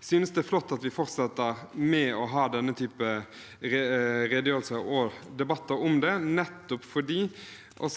Jeg synes det er flott at vi fortsetter med å ha denne typen redegjørelser og debatter, nettopp fordi